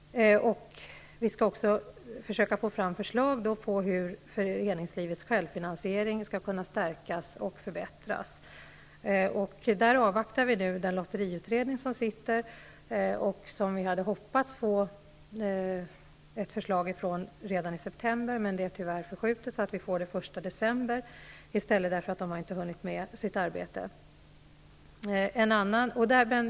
Vi skall försöka få fram förslag på hur föreningslivets självfinansiering skall kunna stärkas och förbättras. Där avvaktar vi den lotteriutredning som sitter. Vi hade hoppats få ett förslag från den i september, men det är tyvärr förskjutet så vi får det den 1 december, eftersom de inte har hunnit med sitt arbete.